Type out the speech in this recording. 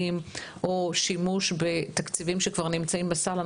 או שימוש בתקציבים שכבר נמצאים בסל,